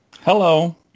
hello